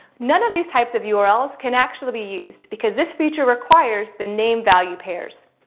none of these types of yeah urls can actually be used. because this feature requires the name value pairs.